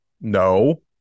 No